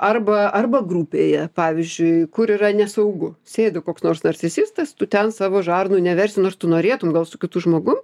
arba arba grupėje pavyzdžiui kur yra nesaugu sėdi koks nors narcisistas tu ten savo žarnų neversi nors tu norėtum gal su kitu žmogum